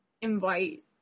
invite